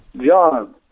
John